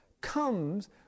comes